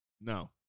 No